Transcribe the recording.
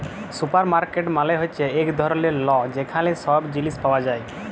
supermarket মালে হ্যচ্যে এক ধরলের ল যেখালে সব জিলিস পাওয়া যায়